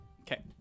Okay